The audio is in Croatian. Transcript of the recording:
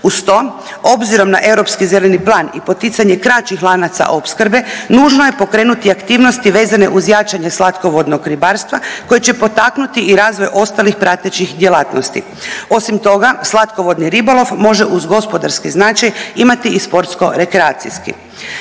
Uz to obzirom na europski zeleni plan i poticanje kraćih lanaca opskrbe nužno je pokrenuti aktivnosti vezane uz jačanje slatkovodnog ribarstva koje će potaknuti i razvoj ostalih pratećih djelatnosti. Osim toga, slatkovodni ribolov može uz gospodarski značaj imati i sportsko rekreacijski.